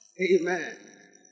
Amen